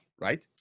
right